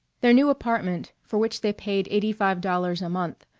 their new apartment, for which they paid eighty-five dollars a month,